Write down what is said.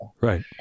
Right